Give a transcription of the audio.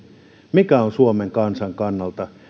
mikä on suomen kansan kannalta